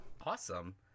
Awesome